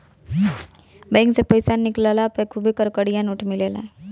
bank से पईसा निकलला पे खुबे कड़कड़िया नोट मिलेला